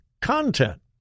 content